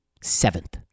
Seventh